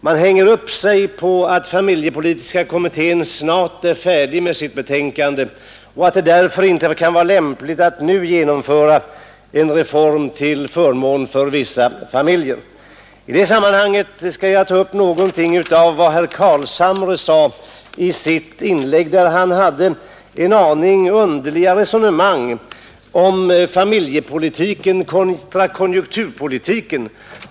Man hänger upp sig på att familjepolitiska kommittén snart är färdig med sitt betänkande och menar att det därför inte kan vara lämpligt att nu genomföra en reform till förmån för vissa familjer. I det sammanhanget skall jag ta upp någonting av vad herr Carlshamre sade i sitt inlägg, där han hade en aning underliga resonemang om familjepolitiken kontra konjunkturpolitiken.